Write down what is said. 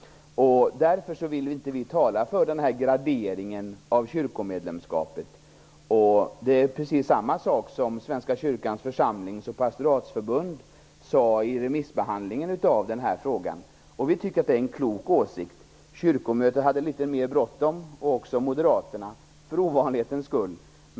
Därför vill vi inte tala för den här graderingen av kyrkomedlemskapet. Det är precis samma sak som Svenska kyrkans församlings och pastoratsförbund sade vid remissbehandlingen av frågan. Vi tycker att det är en klok åsikt. Kyrkomötet hade litet mera bråttom och också Moderaterna, för ovanlighetens skull.